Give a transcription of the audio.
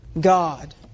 God